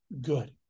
good